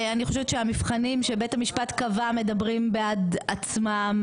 אני חושבת שהמבחנים שבית המשפט קבע מדברים בעד עצמם,